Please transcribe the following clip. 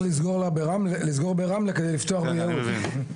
צריך לסגור ברמלה כדי לפתוח ביהוד.